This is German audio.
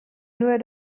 nur